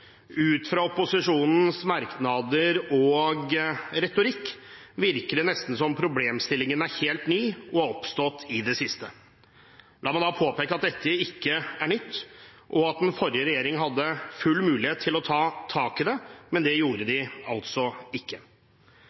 Ut fra opposisjonens merknader og retorikk virker det nesten som om problemstillingen er helt ny og har oppstått i det siste. La meg da påpeke at dette ikke er nytt, og at den forrige regjeringen hadde full mulighet til å ta tak i det, men det gjorde de altså ikke.